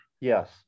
Yes